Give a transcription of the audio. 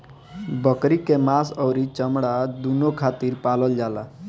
बकरी के मांस अउरी चमड़ा दूनो खातिर पालल जाला